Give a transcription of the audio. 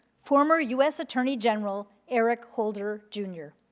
former u s. attorney general eric holder jr.